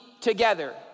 together